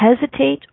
hesitate